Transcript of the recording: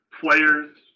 players